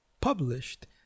published